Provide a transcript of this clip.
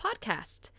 Podcast